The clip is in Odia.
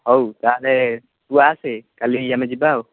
ହଉ ତାହେଲେ ତୁ ଆସେ କାଲି ଏଇ ଆମେ ଯିବା ଆଉ